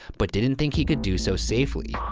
but didn't think he could do so safely,